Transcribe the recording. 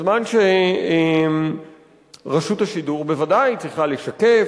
בזמן שרשות השידור בוודאי צריכה לשקף,